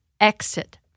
exit